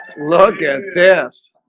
look at this.